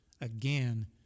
again